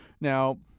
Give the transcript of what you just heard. Now